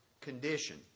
condition